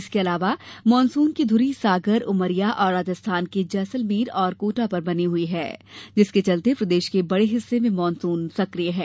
इसके अलावा मानसून की ध्री सागर उमरिया और राजस्थान के जैसलमेर और कोटा पर बनी हई है जिसके चलते प्रदेश के बडे हिस्से में मानसून सक्रिय है